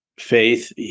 faith